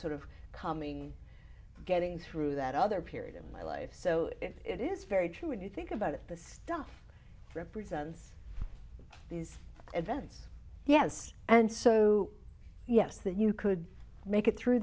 sort of coming getting through that other period in my life so it is very true when you think about it the stuff represents these events yes and so yes that you could make it through